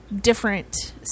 different